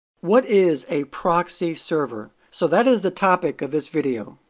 what is a proxy server? so that is the topic of this video.